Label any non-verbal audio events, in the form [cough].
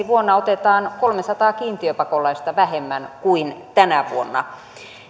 [unintelligible] vuonna suomessakin otetaan kolmesataa kiintiöpakolaista vähemmän kuin tänä vuonna